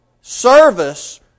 service